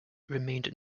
remained